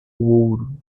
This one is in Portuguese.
ouro